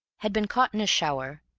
had been caught in a shower,